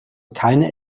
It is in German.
keine